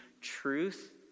truth